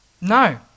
no